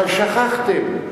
אבל שכחתם.